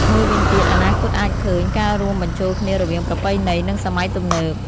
មួយវិញទៀត អនាគតអាចឃើញ ការរួមបញ្ចូលគ្នារវាងប្រពៃណី និងសម័យទំនើប។